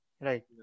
Right